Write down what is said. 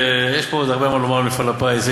יש פה עוד הרבה מה לומר על מפעל הפיס,